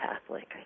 Catholic